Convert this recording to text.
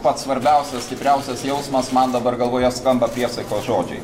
pats svarbiausias stipriausias jausmas man dabar galvoje skamba priesaikos žodžiai